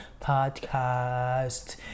podcast